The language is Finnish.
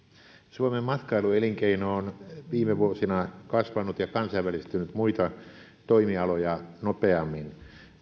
suomen matkailuelinkeino on viime vuosina kasvanut ja kansainvälistynyt muita toimialoja nopeammin